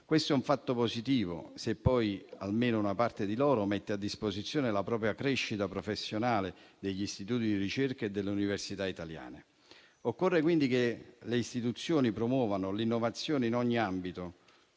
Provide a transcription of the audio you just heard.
Questo è un fatto positivo, se poi almeno una parte di loro mette a disposizione la propria crescita professionale degli istituti di ricerca e delle università italiane. Occorre quindi che le istituzioni promuovano l'innovazione in ogni ambito,